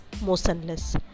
motionless